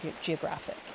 Geographic